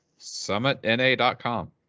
SummitNA.com